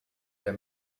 der